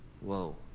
Whoa